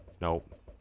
Nope